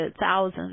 thousands